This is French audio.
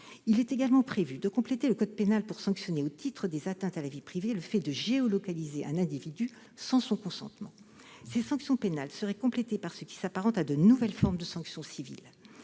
Il est également prévu de compléter le code pénal pour sanctionner, au titre des atteintes à la vie privée, le fait de géolocaliser un individu sans son consentement. Ces sanctions pénales seraient complétées par ce qui s'apparente à de nouvelles formes de sanctions civiles.